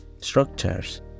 structures